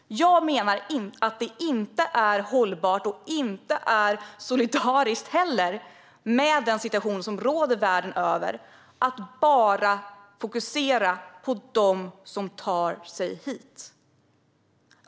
Jag menar att det, med den situation som råder världen över, varken är hållbart eller solidariskt att bara fokusera på dem som tar sig hit.